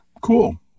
Cool